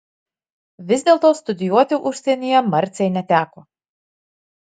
vis dėlto studijuoti užsienyje marcei neteko